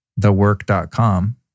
thework.com